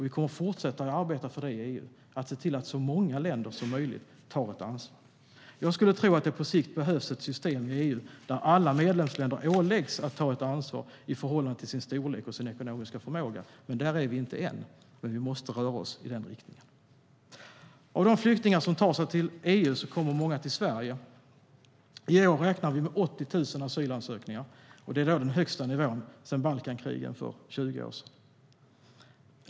Vi kommer att fortsätta att arbeta i EU för att se till att så många länder som möjligt tar ett ansvar. Av de flyktingar som tar sig till EU kommer många till Sverige. I år räknar vi med 80 000 asylansökningar. Det är den högsta nivån sedan Balkankrigen för 20 år sedan.